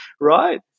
Right